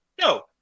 No